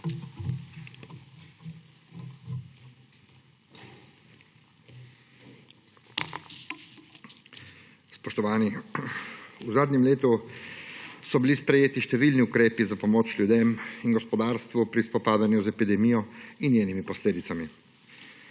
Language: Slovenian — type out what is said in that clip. Spoštovani! V zadnjem letu so bili sprejeti številni ukrepi za pomoč ljudem in gospodarstvu pri spopadanju z epidemijo in njenimi posledicami.